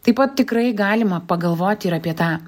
taip pat tikrai galima pagalvoti ir apie tą